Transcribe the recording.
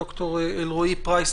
ד"ר אלרעי פרייס,